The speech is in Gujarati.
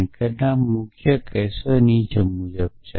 કેટલાક મુખ્ય કેસો નીચે મુજબ છે